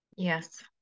Yes